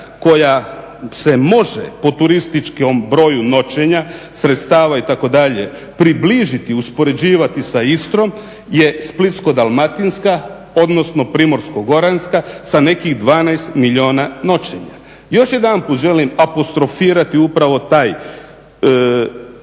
koja se može po turističkom broju noćenja, sredstava, itd. približiti, uspoređivati sa Istrom je Splitsko-dalmatinska, odnosno Primorsko-goranska sa nekih 12 milijuna noćenja. Još jedanput želim apostrofirati upravo taj,